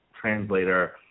translator